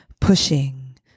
pushing